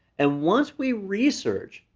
and once we research,